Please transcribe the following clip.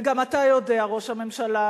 וגם אתה יודע, ראש הממשלה,